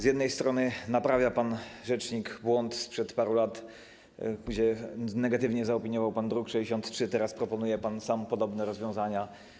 Z jednej strony naprawia pan rzecznik błąd sprzed paru lat - negatywnie zaopiniował pan druk nr 63, teraz proponuje pan sam podobne rozwiązania.